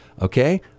Okay